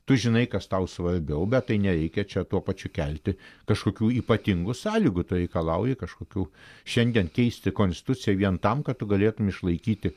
tu žinai kas tau svarbiau bet tai nereikia čia tuo pačiu kelti kažkokių ypatingų sąlygų tu reikalauji kažkokių šiandien keisti konstituciją vien tam kad tu galėtum išlaikyti